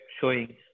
showing